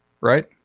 right